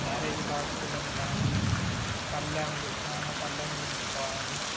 carriage బాక్స్లుంటాయి పళ్ళాలు చాలా పళ్ళాలు ఉంచుకోవాలి